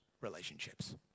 relationships